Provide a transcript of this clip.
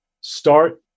Start